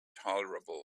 tolerable